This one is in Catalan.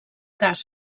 gas